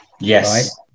Yes